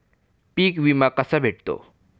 पीक विमा कसा भेटतो?